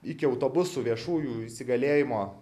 iki autobusų viešųjų įsigalėjimo